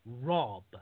rob